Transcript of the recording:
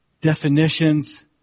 definitions